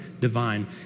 divine